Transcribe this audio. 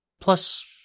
Plus